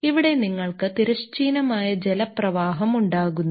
ഇവിടെ നിങ്ങൾക്ക് തിരശ്ചീനമായ ജലപ്രവാഹം ഉണ്ടാകുന്നു